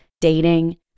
dating